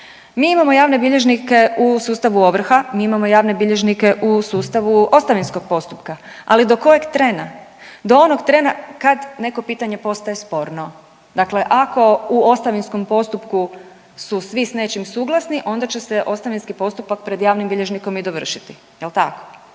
Mi imamo javne bilježnike u sustavu ovrha, mi imamo javne bilježnike u sustavu ostavinskog postupka, ali do kojeg trena, do onog trena kad neko pitanje postaje sporno. Dakle, ako u ostavinskom postupku su svi s nečim suglasni onda će ostavinski postupak pred javnim bilježnikom i dovršiti. Jel tako?